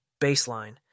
baseline